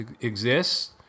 exists